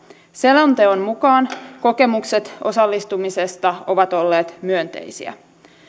selonteon mukaan kokemukset osallistumisesta ovat olleet myönteisiä